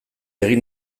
egin